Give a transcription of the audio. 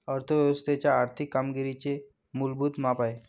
अर्थ व्यवस्थेच्या आर्थिक कामगिरीचे मूलभूत माप आहे